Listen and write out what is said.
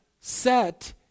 set